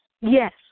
Yes